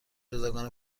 جداگانه